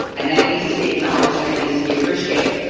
and that needs to be acknowledged and it needs to be appreciated